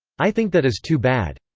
i think that is too bad.